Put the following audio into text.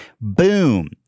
boom